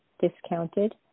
discounted